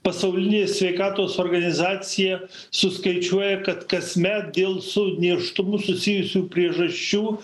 pasaulinė sveikatos organizacija suskaičiuoja kad kasmet dėl su nėštumu susijusių priežasčių